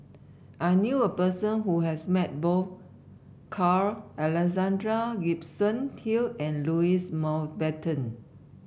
I knew a person who has met both Carl Alexander Gibson Hill and Louis Mountbatten